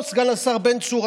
סגן השר בן צור,